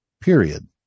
Period